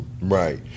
right